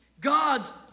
God's